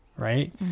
Right